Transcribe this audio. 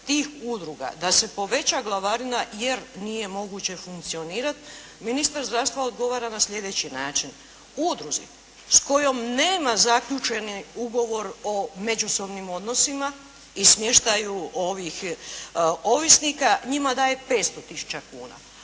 da se poveća glavarina, jer nije moguće funkcionirati, ministar zdravstva odgovara na sljedeći način. U udruzi s kojom nema zaključeni ugovor o međusobnim odnosima i smještaju ovih ovisnika, njima daje 500 tisuća